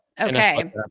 Okay